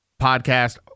podcast